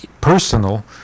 personal